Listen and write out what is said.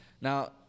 Now